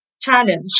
challenge